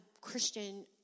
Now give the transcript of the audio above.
Christian